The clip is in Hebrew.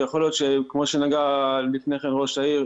יכול להיות כמו שנגע לפני כן ראש העיר,